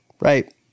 right